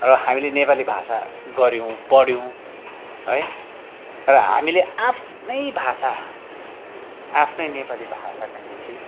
र हामीले नेपाली भाषा गऱ्यौँ पढ्यौँ है र हामीले आफ्नै भाषा आफ्नै नेपाली भाषाका निम्ति